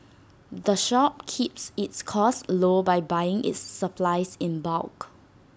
the shop keeps its costs low by buying its supplies in bulk